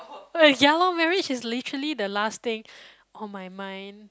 oh ya lor marriage is literally the last thing on my mind